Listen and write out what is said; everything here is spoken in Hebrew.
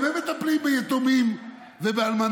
גם הם מטפלים ביתומים ובאלמנות,